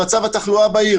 מצב התחלואה בעיר,